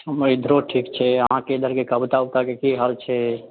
हमर इधरो ठीक छै अहाँकेँ इधरके बताउ ओतऽके की हाल छै